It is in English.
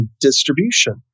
distribution